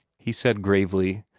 he said gravely,